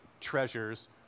treasures